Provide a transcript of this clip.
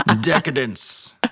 decadence